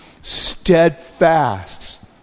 steadfast